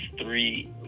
three